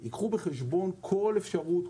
ייקחו בחשבון כל אפשרות,